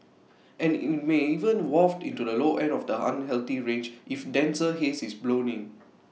and IT may even waft into the low end of the unhealthy range if denser haze is blown in